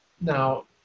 now